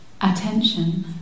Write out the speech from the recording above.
Attention